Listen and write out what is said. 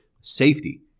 safety